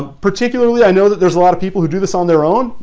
particularly, i know that there's a lot of people who do this on their own.